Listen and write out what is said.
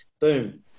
Boom